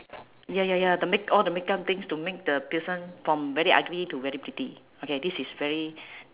ya ya ya the make~ all the makeup things to make the person from very ugly to very pretty okay this is very